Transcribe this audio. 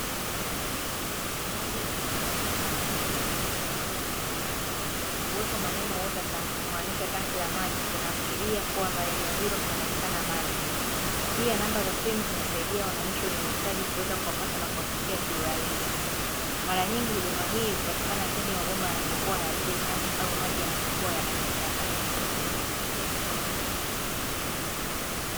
Gari la kusambazia maji safi ya kunywa, likiwa limesimama, uwepo wa maneno "water tank", kumaanisha tenki la maji, kuashiria kuwa eneo hilo kunapatikana maji, pia namba za simu zinasaidia wananchi wenye uhitaji kuweza kuwapata na kuwafikia kiurahisi. Mara nyingi huduma hii hupatikana pindi mabomba yanapokuwa hayatoi maji au maji yanapokuwa yanakatikakatika.